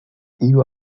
you